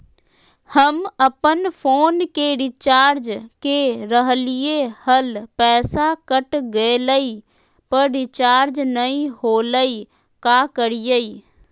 हम अपन फोन के रिचार्ज के रहलिय हल, पैसा कट गेलई, पर रिचार्ज नई होलई, का करियई?